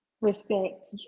respect